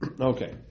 Okay